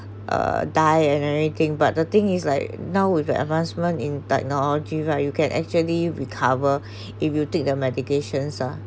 uh die and everything but the thing is like now with advancements in technology right you can actually recover if you take the medications ah